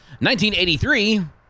1983